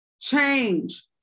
change